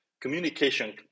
communication